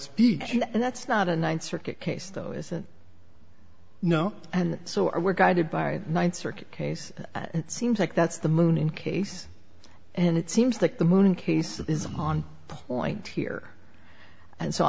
speech and that's not a ninth circuit case though is a no and so i were guided by ninth circuit case it seems like that's the moon in case and it seems like the moon case is on point here and so